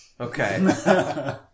Okay